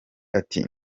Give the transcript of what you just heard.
ati